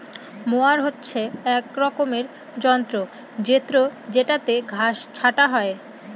mower হচ্ছে এক রকমের যন্ত্র জেত্রযেটাতে ঘাস ছাটা হয়